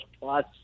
plus